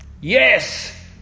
yes